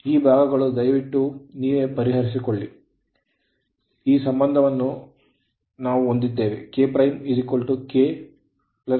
ಈ ಭಾಗಗಳು ದಯವಿಟ್ಟು ಇದನ್ನು ನೀವೇ ಪರಿಹರಿಸಿಕೊಳ್ಳಿ ನಾವು ಸಂಬಂಧವನ್ನು ಹೊಂದಿದ್ದೇವೆ K K 1